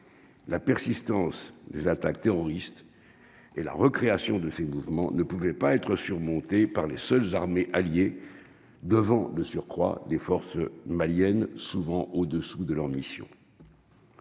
la persistance des attaques terroristes et la récréation de ces mouvements ne pouvait pas être surmontée par les seules armées alliées devant de surcroît des forces maliennes souvent au-dessous de leur mission.